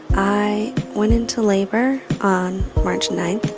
i went into labor on march nine.